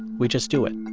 we just do it.